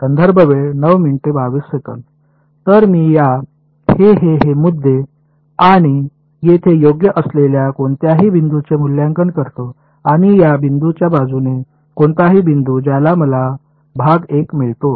विद्यार्थीः तर मी या हे हे हे मुद्दे आणि येथे योग्य असलेल्या कोणत्याही बिंदूचे मूल्यांकन करतो आणि या बिंदूंच्या बाजूने कोणताही बिंदू ज्याचा मला भाग 1 मिळतो